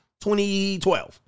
2012